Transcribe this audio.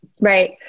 Right